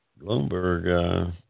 Bloomberg